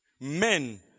Men